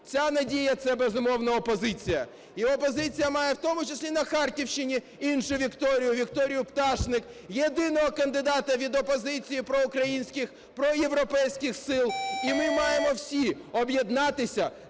Ця надія = це, безумовно, опозиція. І опозиція має в тому числі на Харківщині іншу вікторію, Вікторію Пташник – єдиного кандидата від опозиції проукраїнських, проєвропейських сил. І ми маємо всі об'єднатися